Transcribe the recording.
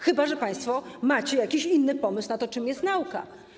Chyba że państwo macie jakiś inny pomysł na to, czym jest nauka.